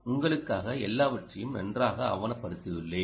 உங்களுக்காக எல்லாவற்றையும் நன்றாக ஆவணப்படுத்தியுள்ளேன்